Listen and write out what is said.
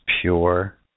pure